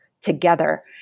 together